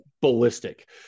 ballistic